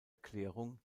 erklärung